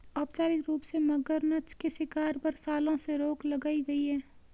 औपचारिक रूप से, मगरनछ के शिकार पर, सालों से रोक लगाई गई है